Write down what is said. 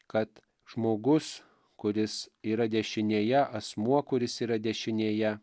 kad žmogus kuris yra dešinėje asmuo kuris yra dešinėje